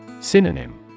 Synonym